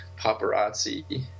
paparazzi